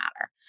matter